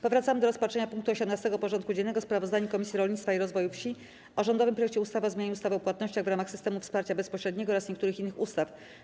Powracamy do rozpatrzenia punktu 18. porządku dziennego: Sprawozdanie Komisji Rolnictwa i Rozwoju Wsi o rządowym projekcie ustawy o zmianie ustawy o płatnościach w ramach systemu wsparcia bezpośredniego oraz niektórych innych ustaw.